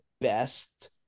best